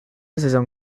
saison